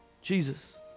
Jesus